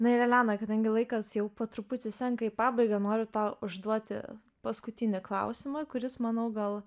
na ir elena kadangi laikas jau po truputį senka į pabaigą noriu tau užduoti paskutinį klausimą kuris manau gal